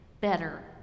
better